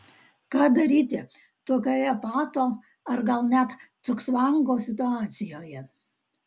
ką daryti tokioje pato ar gal net cugcvango situacijoje